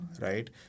right